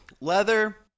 Leather